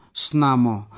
snamo